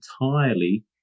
entirely